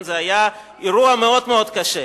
זה היה אירוע מאוד קשה.